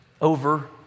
over